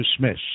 dismiss